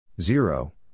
Zero